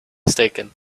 mistaken